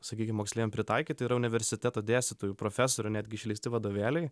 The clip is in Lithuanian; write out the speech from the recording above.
sakykim moksleiviam pritaikyti yra universiteto dėstytojų profesorių netgi išleisti vadovėliai